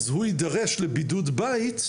אז הוא יידרש לבידוד בית,